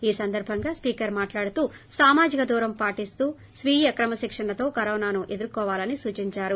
ఈ సందర్బంగా స్పీకర్ మాట్లాడుతూ సామాజిక దూరం పాటిస్తూ స్పీయ క్రమశిక్షణతో కరోనాను ఎదుర్కోవాలని సూచించారు